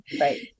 right